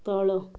ତଳ